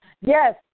Yes